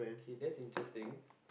okay that's interesting